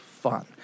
fun